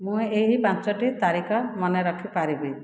ମୁଁ ଏହି ପାଞ୍ଚଟି ତାରିଖ ମନେରଖିପାରିବି